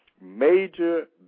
major